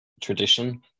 tradition